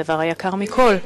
הדבר היקר מכול,